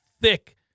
thick